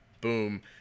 Boom